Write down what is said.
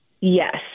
Yes